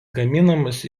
gaminamas